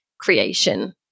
creation